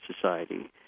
society